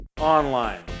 online